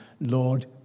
Lord